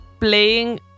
playing